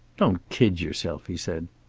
don't kid yourself, he said.